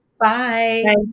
Bye